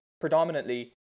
predominantly